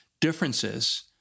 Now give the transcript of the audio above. differences